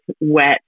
wet